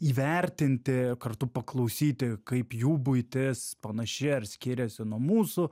įvertinti kartu paklausyti kaip jų buitis panaši ar skiriasi nuo mūsų